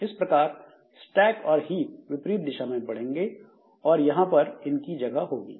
इस प्रकार स्टैक और हीप विपरीत दिशा में बढ़ेंगे और यहां पर इनकी जगह होगी